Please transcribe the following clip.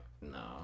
no